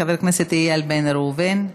חבר הכנסת איל בן ראובן,